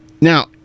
now